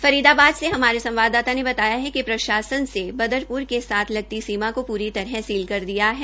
फरीदाबाद से हमारे संवाददाता ने बताया कि प्रशासन में बदरप्र के साथ लगती सीमा को पूरी तरह सील कर दिया है